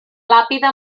làpida